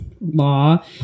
law